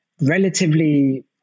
relatively